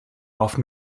often